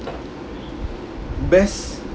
best